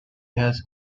has